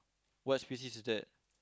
what's species is that